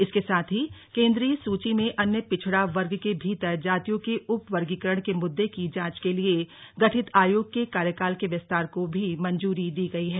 इसके साथ ही केंद्रीय सूची में अन्य पिछड़ा वर्ग के भीतर जातियों के उप वर्गीकरण के मुद्दे की जांच के लिए गठित आयोग के कार्यकाल के विस्तार को भी मंजूरी दी गई है